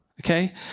okay